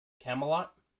Camelot